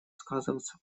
сказываться